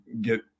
get